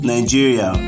Nigeria